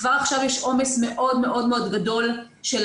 כבר עכשיו יש עומס מאוד מאוד גדול גם של